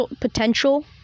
potential